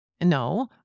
No